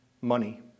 money